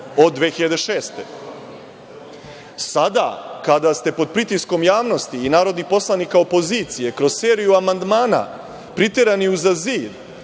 od 2006. godine. Sada kada ste, pod pritiskom javnosti i narodnih poslanika opozicije, kroz seriju amandmana, priterani uza zid